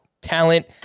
talent